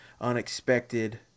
unexpected